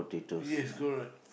yes correct